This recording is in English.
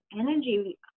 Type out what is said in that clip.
energy